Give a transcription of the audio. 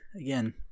again